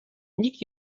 nikt